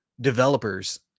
developers